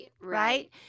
Right